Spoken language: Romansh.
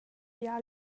bia